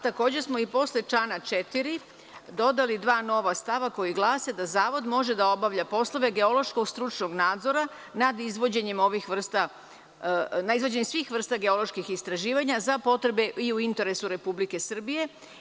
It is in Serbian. Takođe smo i posle člana 4. dodali dva nova stava koji glase da Zavod može da obavlja poslove geološkog stručnog nadzora nad izvođenjem ovih vrsta, nad izvođenjem svih vrsta geoloških istraživanja za potrebe i u interesu Republike Srbije.